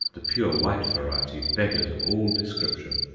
the pure white variety, beggars all description.